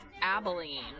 Abilene